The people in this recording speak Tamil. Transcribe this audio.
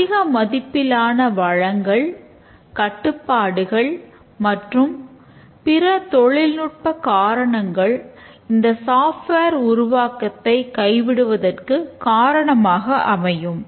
அதிக மதிப்பிலான வளங்கள் கட்டுப்பாடுகள் மற்றும் பிற தொழில்நுட்ப காரணங்கள் இந்த சாஃப்ட்வேர் உருவாக்கத்தை கைவிடுவதற்கு காரணமாக அமையும்